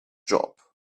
job